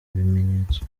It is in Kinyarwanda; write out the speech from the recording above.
bimenyetso